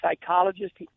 psychologist